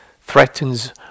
threatens